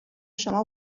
شما